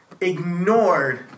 ignored